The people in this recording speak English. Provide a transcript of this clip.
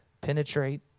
penetrate